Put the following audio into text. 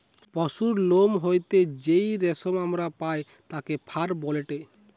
পশুর লোম হইতে যেই রেশম আমরা পাই তাকে ফার বলেটে